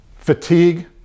Fatigue